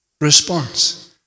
response